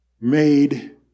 made